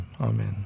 Amen